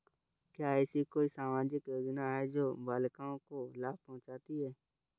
क्या ऐसी कोई सामाजिक योजनाएँ हैं जो बालिकाओं को लाभ पहुँचाती हैं?